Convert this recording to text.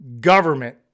government